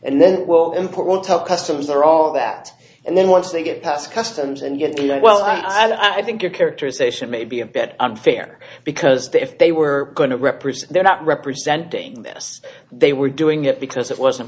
and then we'll import won't tell customers are all that and then once they get past customs and yet you know well i think your characterization may be a bit unfair because if they were going to represent they're not representing us they were doing it because it wasn't